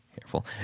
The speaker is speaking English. Careful